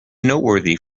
noteworthy